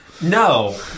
No